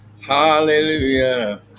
Hallelujah